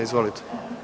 Izvolite.